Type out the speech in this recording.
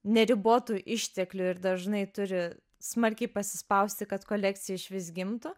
neribotų išteklių ir dažnai turi smarkiai pasispausti kad kolekcija išvis gimtų